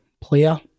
player